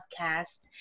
podcast